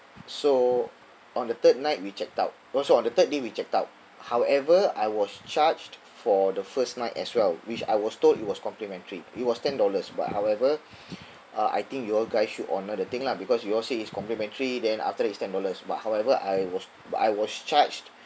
so on the third night we checked out oh so on the third day we checked out however I was charged for the first night as well which I was told it was complimentary it was ten dollars but however uh I think you all guys should honour the thing lah because you all say is complimentary then after it's ten dollars but however I was but I was charged